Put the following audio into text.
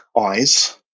eyes